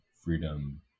freedom